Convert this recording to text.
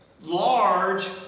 large